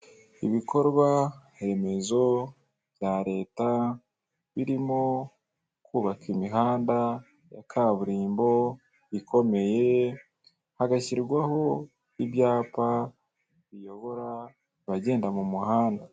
Ibikorwa remezo bya leta birimo kubaka imihanda ya kaburimbo ikomeye hagashyirwaho ibyapa biyobora abagenda mu muhanda.